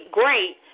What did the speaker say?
great